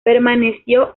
permaneció